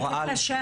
סליחה, מי אתה?